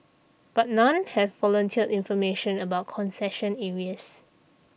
but none have volunteered information about concession areas